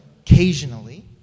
occasionally